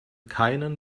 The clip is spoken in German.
keinen